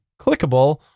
clickable